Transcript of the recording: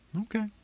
Okay